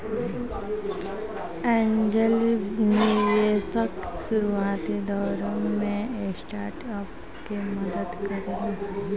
angel निवेशक शुरुआती दौर में स्टार्टअप के मदद करेला